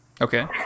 Okay